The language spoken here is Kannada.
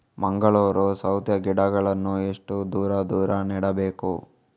ಮಂಗಳೂರು ಸೌತೆ ಗಿಡಗಳನ್ನು ಎಷ್ಟು ದೂರ ದೂರ ನೆಡಬೇಕು?